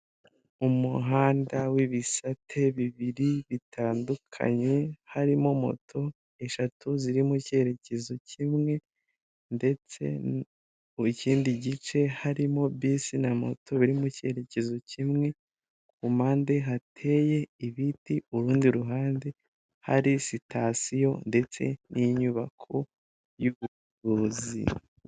Umuhanda w'ibisate bibiri bitandukanye, harimo moto eshatu ziri mu cyerekezo kimwe. Ndetse mu kindi gice harimo bisi na moto bari mu cyerekezo kimwe. Mu mpande hateye ibiti, urundi ruhande hari sitasiyo ndetse n'inyubako y'ubuvuzi.